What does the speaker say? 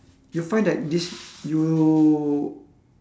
you find that this you